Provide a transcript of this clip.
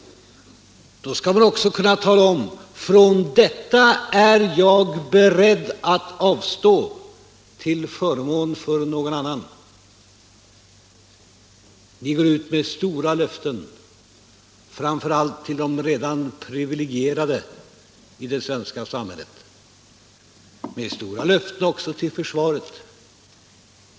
Då skall man också kunna säga: Från detta är jag beredd att avstå till förmån för någon annan. Ni går ut med stora löften — framför allt till de redan privilegierade i det svenska samhället men med stora löften även till försvaret.